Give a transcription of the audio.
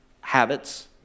habits